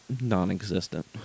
non-existent